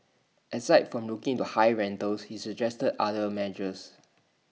aside from looking into high rentals he suggested other measures